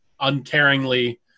uncaringly